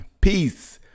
peace